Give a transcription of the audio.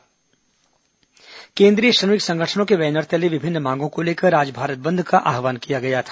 भारत बंद केंद्रीय श्रमिक संगठनों के बैनर तले विभिन्न मांगों को लेकर आज भारत बंद का आव्हान किया गया था